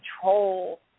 control